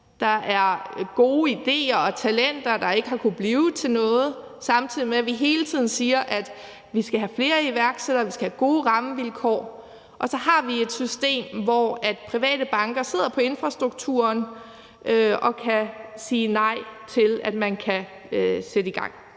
Der er gode idéer og talenter, der ikke har kunnet blive til noget, og samtidig med at vi hele tiden siger, at vi skal have flere iværksættere, og at vi skal have gode rammevilkår, så har vi et system, hvor private banker sidder på infrastrukturen og kan sige nej til, at man kan sætte i gang.